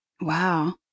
wow